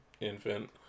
infant